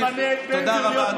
תודה רבה.